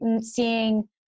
seeing